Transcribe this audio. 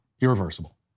irreversible